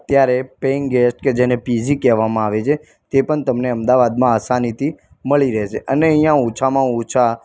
અત્યારે paying guest કે જેને પી જી કહેવામાં આવે છે એ પણ તમને અમદાવાદમાં આસાનીથી મળી રહેશે અને અહીંયા ઓછામાં ઓછા